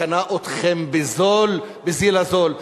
קנה אתכם בזול, בזיל הזול.